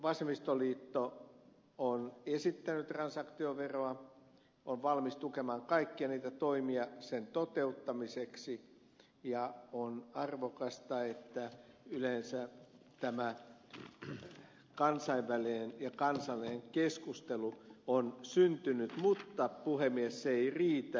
vasemmistoliitto on esittänyt transaktioveroa on valmis tukemaan kaikkia niitä toimia sen toteuttamiseksi ja on arvokasta että yleensä tämä kansainvälinen ja kansallinen keskustelu on syntynyt mutta puhemies se ei riitä